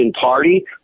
party